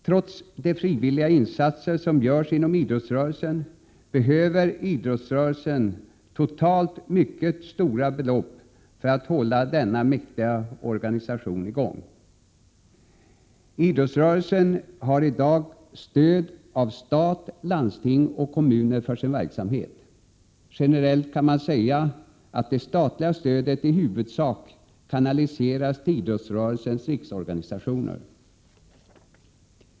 Trots de frivilliga insatser som görs inom idrottsrörelsen behöver idrottsrörelsen totalt mycket stora belopp för att hålla denna mäktiga organisation i gång. Idrottsrörelsen har i dag stöd av stat, landsting och kommuner för sin verksamhet. Generellt kan man säga att det statliga stödet i huvudsak kanaliseras till idrottsrörelsens riksorganisationer.